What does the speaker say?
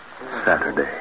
Saturday